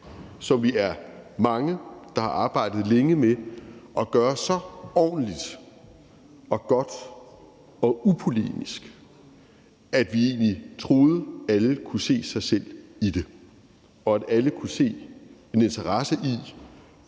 som vi er mange, der har arbejdet længe med at gøre så ordentligt og godt og upolemisk, at vi egentlig troede, at alle kunne se sig selv i det, og at alle kunne se en interesse i,